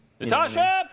Natasha